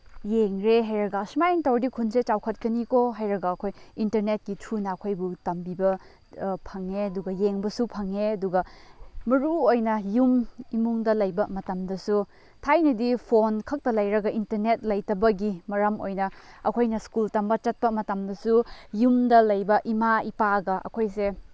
ꯌꯦꯡꯂꯦ ꯍꯥꯏꯔꯒ ꯑꯁꯨꯃꯥꯏꯅ ꯇꯧꯔꯗꯤ ꯈꯨꯟꯁꯦ ꯆꯥꯎꯈꯠꯀꯅꯤꯀꯣ ꯍꯥꯏꯔꯒ ꯑꯩꯈꯣꯏ ꯏꯟꯇꯔꯅꯦꯠꯀꯤ ꯊ꯭ꯔꯨꯅ ꯑꯩꯈꯣꯏꯕꯨ ꯇꯝꯕꯤꯕ ꯐꯪꯉꯦ ꯑꯗꯨꯒ ꯌꯦꯡꯕꯁꯨ ꯐꯪꯉꯦ ꯑꯗꯨꯒ ꯃꯔꯨ ꯑꯣꯏꯅ ꯌꯨꯝ ꯏꯃꯨꯡꯗ ꯂꯩꯕ ꯃꯇꯝꯗꯁꯨ ꯊꯥꯏꯅꯗꯤ ꯐꯣꯟ ꯈꯛꯇ ꯂꯩꯔꯒ ꯏꯟꯇꯔꯅꯦꯠ ꯂꯩꯇꯕꯒꯤ ꯃꯔꯝ ꯑꯣꯏꯅ ꯑꯩꯈꯣꯏꯅ ꯁ꯭ꯀꯨꯜ ꯇꯝꯕ ꯆꯠꯄ ꯃꯇꯝꯗꯁꯨ ꯌꯨꯝꯗ ꯂꯩꯕ ꯏꯃꯥ ꯏꯄꯥꯒ ꯑꯩꯈꯣꯏꯁꯦ